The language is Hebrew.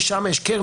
כי שם יש קרן,